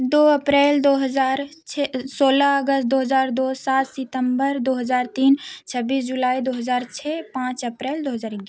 दो अप्रैल दो हज़ार छह सोलह अगस्त दो हज़ार दो सात सितम्बर दो हज़ार तीन छब्बीस जुलाई दो हज़ार छह पाँच अप्रैल दो हज़ार एक